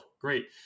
Great